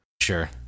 Sure